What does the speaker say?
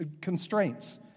constraints